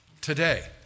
today